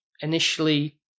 initially